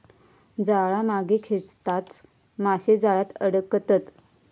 जाळा मागे खेचताच मासे जाळ्यात अडकतत